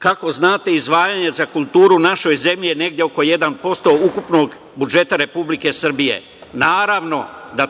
što znate, izdvajanje za kulturu u našoj zemlji je negde oko 1% ukupnog budžeta Republike Srbije. Naravno da